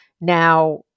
Now